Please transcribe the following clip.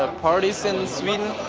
ah parties in sweden?